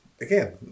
again